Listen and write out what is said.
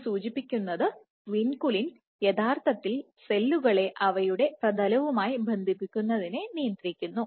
ഇത് സൂചിപ്പിക്കുന്നത് വിൻകുലിൻയഥാർത്ഥത്തിൽ സെല്ലുകളെ അവയുടെ പ്രതലവുമായി ബന്ധിപ്പിക്കുന്നതിനെ നിയന്ത്രിക്കുന്നു